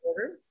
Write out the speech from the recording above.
order